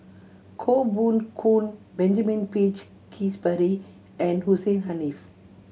Koh Poh Koon Benjamin Peach Keasberry and Hussein Haniff